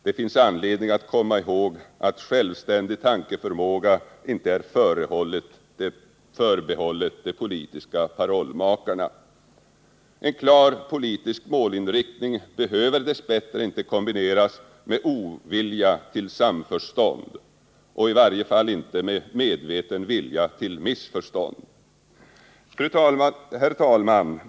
Det finns anledning att komma ihåg att självständig tankeförmåga inte är förbehållen de politiska parollmakarna. En klar politisk målinriktning behöver dess bättre inte kombineras med ovilja till samförstånd och i varje fall inte med medveten vilja till missförstånd. Herr talman!